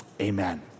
amen